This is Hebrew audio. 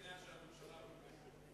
ובא לארצות-הברית גואל.